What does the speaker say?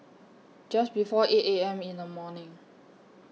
Just before eight A M in The morning